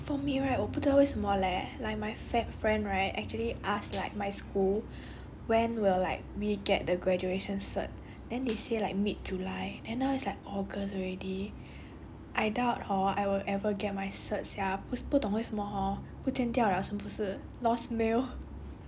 for me right 我不知道为什么 leh like my fair~ friend right actually ask like my school when will like we get the graduation cert then they say like mid july and now it's like august already I doubt or I will ever get my cert sia 我不是不懂为什么 hor 不见掉 liao 是不是 lost mail